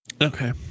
Okay